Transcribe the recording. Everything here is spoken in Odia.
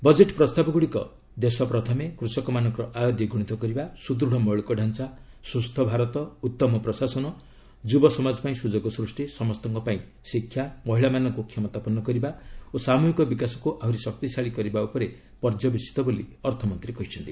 ବଜେଟ୍ ପ୍ରସ୍ତାବଗୁଡ଼ିକ ଦେଶ ପ୍ରଥମେ କୃଷକମାନଙ୍କର ଆୟ ଦ୍ୱିଗୁଣିତ କରିବା ସୁଦୁଡ଼ ମୌଳିକଡାଞ୍ଚା ସୁସ୍ଥ ଭାରତ ଉତ୍ତମ ପ୍ରଶାସନ ଯୁବସମାଜ ପାଇଁ ସୁଯୋଗ ସୃଷ୍ଟି ସମସ୍ତଙ୍କ ପାଇଁ ଶିକ୍ଷା ମହିଳାମାନଙ୍କୁ କ୍ଷମତାପନ୍ନ କରିବା ଓ ସାମ୍ରହିକ ବିକାଶକୁ ଆହୁରି ଶକ୍ତିଶାଳୀ କରିବା ଉପରେ ପର୍ଯ୍ୟବେସିତ ବୋଲି ଅର୍ଥମନ୍ତ୍ରୀ କହିଛନ୍ତି